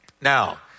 Now